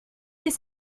ces